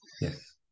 Yes